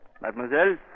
Mademoiselle